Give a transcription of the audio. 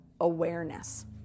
awareness